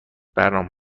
برنامه